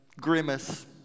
grimace